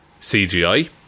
CGI